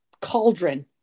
cauldron